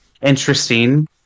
interesting